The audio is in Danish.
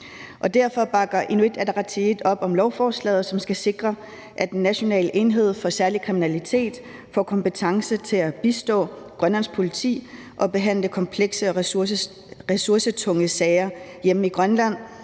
Derfor bakker Inuit Ataqatigiit op om lovforslaget, som skal sikre, at National enhed for Særlig Kriminalitet får kompetence til at bistå Grønlands Politi og behandle komplekse og ressourcetunge sager hjemme i Grønland